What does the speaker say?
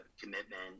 commitment